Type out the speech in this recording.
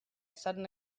sudden